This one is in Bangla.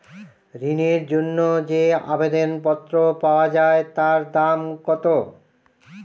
ঋণের জন্য যে আবেদন পত্র পাওয়া য়ায় তার দাম কত?